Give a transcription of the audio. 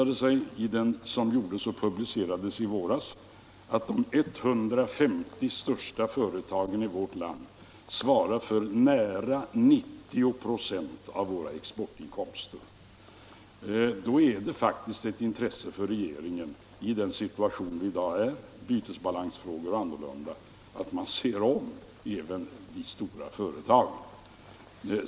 Den som publicerades i våras visade att de 150 största företagen i vårt land svarar för närmare 90 96 av våra exportinkomster. Då är det faktiskt ett intresse för regeringen att i dagens situation med bytesbalansfrågor och annat se om även de stora företagen.